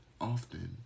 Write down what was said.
often